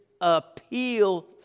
appeal